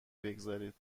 بگذارید